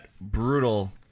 brutal